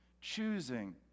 choosing